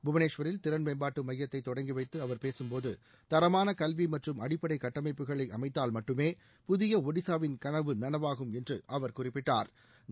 புவனேஷ்வரில் திறன் மேம்பாட்டு மையத்ததை தொடங்கி வைத்து அவர் பேசும்போது தரமான கல்வி மற்றும் அடிப்படை கட்டமைப்புகளை அமைத்தால் மட்டுமே புதிய ஒடிசாவின் கனவு நனவாகும் என்று அவர் குறிப்பிட்டா்